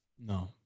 no